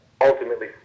ultimately